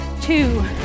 two